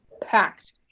packed